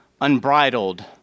unbridled